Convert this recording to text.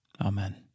Amen